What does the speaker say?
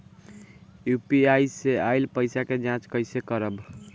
UPI से आइल पईसा के जाँच कइसे करब?